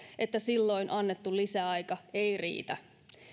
että silloin annettu lisäaika ei riitä